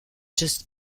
just